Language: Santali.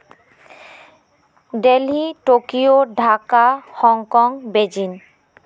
Delhi Tokyo Dhaka Hong Kong Beijing